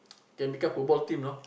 can become football team you know